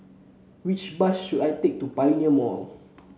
which bus should I take to Pioneer Mall